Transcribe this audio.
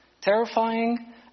terrifying